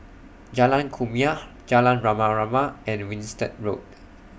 Jalan Kumia Jalan Rama Rama and Winstedt Road